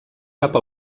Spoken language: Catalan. cap